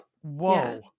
Whoa